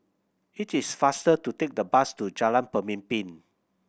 it is faster to take the bus to Jalan Pemimpin